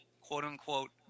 quote-unquote